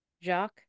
Jacques